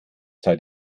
seit